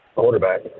quarterback